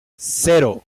cero